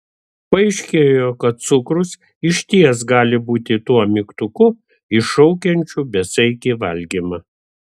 paaiškėjo kad cukrus išties gali būti tuo mygtuku iššaukiančiu besaikį valgymą